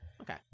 Okay